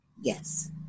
Yes